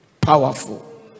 powerful